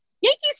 Yankees